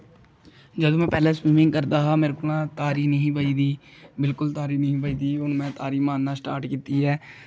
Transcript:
जदूं में पैह्लें स्विमिंग करदा हा मेरे कोला दा तारी नेईं ही बजदी बिल्कुल तारी नेईं ही बजदी हून में तारी मारना स्टार्ट कीती ऐ